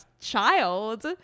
child